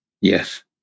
Yes